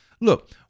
Look